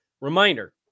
Reminder